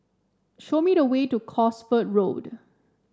show me the way to Cosford Road